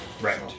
Right